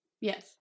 Yes